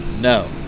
No